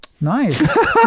Nice